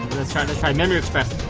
lets try, lets try memory express.